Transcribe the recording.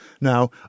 Now